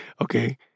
Okay